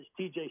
TJ